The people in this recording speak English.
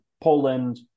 Poland